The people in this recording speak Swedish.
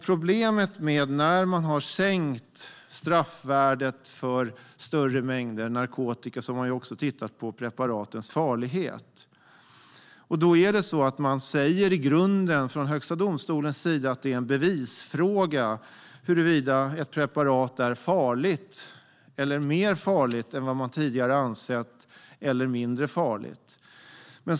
Problemet när man har sänkt straffvärdet för större mängder narkotika handlar om att man också har tittat på preparatens farlighet. Högsta domstolen säger att det i grunden är en bevisfråga huruvida ett preparat är farligare eller mindre farligt än vad man tidigare har ansett.